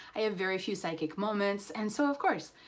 i have very few psychic moments, and so of course,